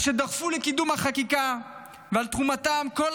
על שדחפו לקידום החקיקה ועל תרומתן בכל